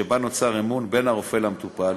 שבה נוצר אמון בין הרופא למטופל,